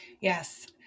Yes